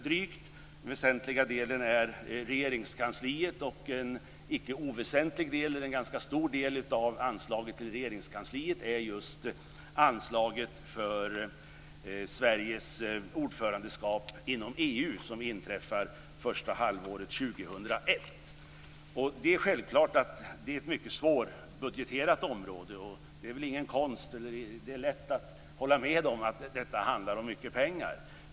Den väsentliga delen går till Regeringskansliet, och en ganska stor del av anslaget till Regeringskansliet är just anslaget till Sveriges ordförandeskap i EU Det är självklart att det är ett mycket svårbudgeterat område, och det är lätt att hålla med om att det handlar om mycket pengar.